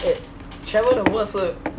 eh traveled the world 是